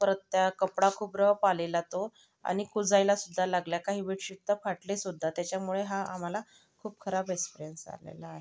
परत तो कपडा खूप रफ आलेला तो आणि कुजायलासुद्धा लागल्या काही बेडशीट तर फाटलेसुद्धा त्याच्यामुळे हा आम्हाला खूप खराब एस्प्रियंस आलेला आहे